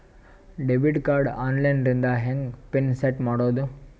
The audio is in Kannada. ಡೆಬಿಟ್ ಕಾರ್ಡ್ ಆನ್ ಲೈನ್ ದಿಂದ ಹೆಂಗ್ ಪಿನ್ ಸೆಟ್ ಮಾಡೋದು?